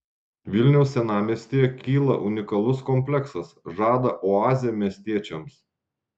vilniaus senamiestyje kyla unikalus kompleksas žada oazę miestiečiams